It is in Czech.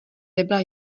nebyla